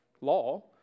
law